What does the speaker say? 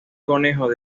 conejo